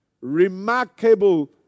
Remarkable